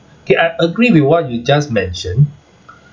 okay I agree with what you just mention